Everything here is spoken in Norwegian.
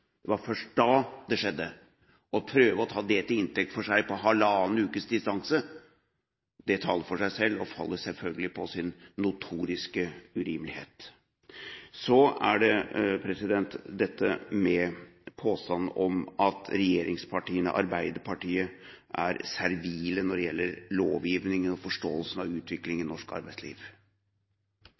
Det var først da det skjedde. Å prøve å ta det til inntekt for seg – på halvannen ukes distanse – taler for seg selv og faller selvfølgelig på sin notoriske urimelighet. Så til påstanden om at regjeringspartiene, Arbeiderpartiet, er servile når det gjelder lovgivning og forståelsen av utviklingen av norsk arbeidsliv.